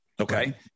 Okay